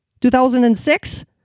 2006